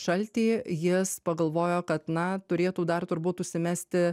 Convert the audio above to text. šalty jis pagalvojo kad na turėtų dar turbūt užsimesti